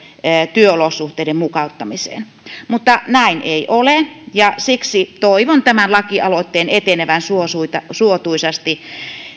työolosuhteiden mukauttamiseen mutta näin ei ole ja siksi toivon tämän lakialoitteen etenevän suotuisasti suotuisasti